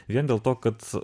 vien dėl to kad